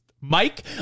Mike